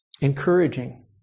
encouraging